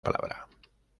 palabra